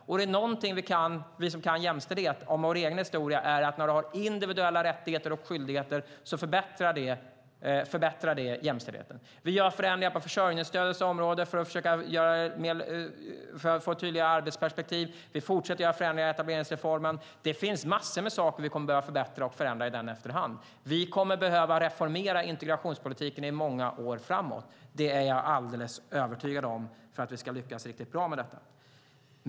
Är det någonting som vi kan se i vår egen historia är det att när man har individuella rättigheter och skyldigheter förbättras jämställdheten. Vi gör förändringar på försörjningsstödets område för att få ett tydligare arbetsperspektiv. Vi fortsätter att göra förändringar i etableringsreformen. Det finns massor med saker som vi kommer att behöva förbättra och förändra i den efter hand. Vi kommer att behöva reformera integrationspolitiken i många år framåt för att vi ska lyckas riktigt bra med detta. Det är jag alldeles övertygad om.